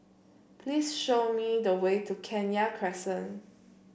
please show me the way to Kenya Crescent